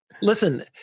Listen